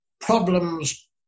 problems